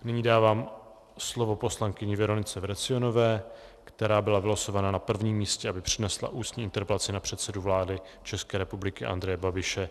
Nyní dávám slovo poslankyni Veronice Vrecionové, která byla vylosována na prvním místě, aby přednesla ústní interpelaci na předsedu vlády České republiky Andreje Babiše.